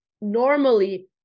normally